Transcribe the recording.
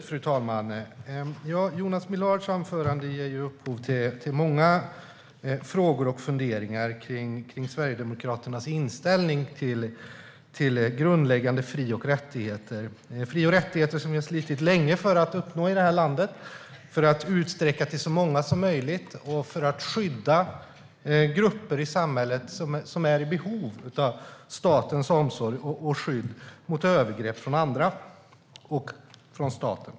Fru talman! Jonas Millards anförande ger upphov till många frågor och funderingar kring Sverigedemokraternas inställning till grundläggande fri och rättigheter - fri och rättigheter som vi har slitit länge för att uppnå i det här landet för att utsträcka till så många som möjligt och för att skydda grupper i samhället som är i behov av statens omsorg och skydd mot övergrepp från andra och från staten.